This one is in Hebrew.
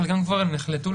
חלקם כבר נחלטו.